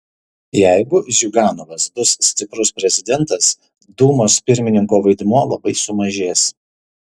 jeigu ziuganovas bus stiprus prezidentas dūmos pirmininko vaidmuo labai sumažės